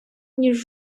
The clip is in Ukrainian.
ніж